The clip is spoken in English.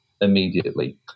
immediately